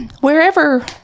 wherever